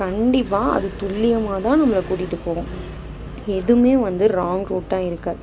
கண்டிப்பாக அது துல்லியமாக தான் நம்மளை கூட்டிகிட்டு போகும் எதுவுமே வந்து ராங் ரூட்டாக இருக்காது